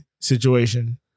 situation